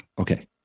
Okay